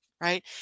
right